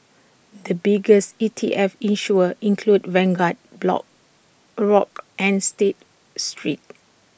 the biggest E T F issuers include Vanguard black Grock and state street